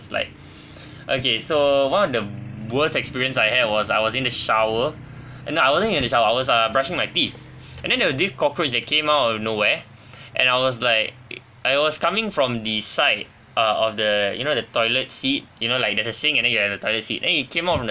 it's like okay so one of the worst experience I had was I was in the shower uh no I wasn't in the shower I was uh brushing my teeth and then there was this cockroach that came out of nowhere and I was like I was coming from the side uh of the you know the toilet seat you know like there's a sink and then you have the toilet seat and then it came out from the